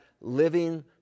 living